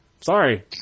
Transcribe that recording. Sorry